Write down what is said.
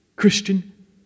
Christian